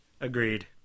Agreed